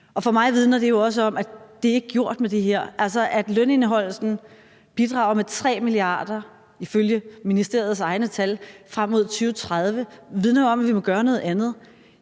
For mig vidner det jo også om, at det ikke er gjort med det her. Altså, at lønindeholdelsen bidrager med 3 mia. kr. ifølge ministeriets egne tal frem mod 2030, vidner jo om, at vi må gøre noget andet.